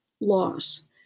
loss